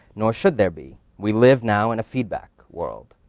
nor should there be. we live now in a feedback world.